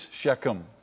Shechem